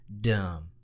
dumb